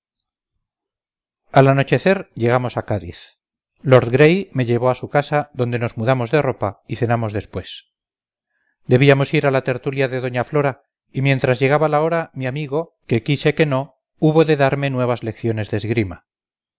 al anochecer llegamos a cádiz lord gray me llevó a su casa donde nos mudamos de ropa y cenamos después debíamos ir a la tertulia de doña flora y mientras llegaba la hora mi amigo que quise que no hubo de darme nuevas lecciones de esgrima